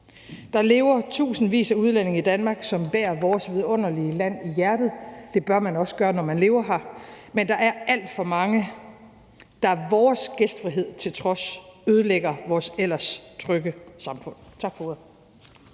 Der lever tusindvis af udlændinge i Danmark, som bærer vores vidunderlige land i hjertet. Det bør man også gøre, når man lever her. Men der er alt for mange, der vores gæstfrihed til trods ødelægger vores ellers trygge samfund. Tak for